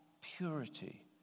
purity